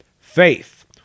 FAITH